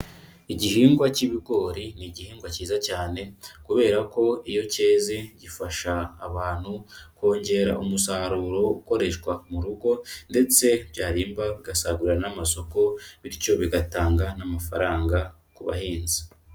Igihingwa cy'ibigori ni igihingwa cyiza cyane kubera ko iyo cyeze gifasha abantu kongera umusaruro ukoreshwa mu rugo ndetse byarimba bigasagurira n'amasoko bityo bigatanga n'amafaranga ku bahinzi.